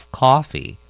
coffee